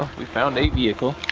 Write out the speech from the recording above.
we found a vehicle.